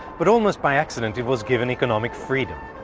but almost by accident it was given economic freedom.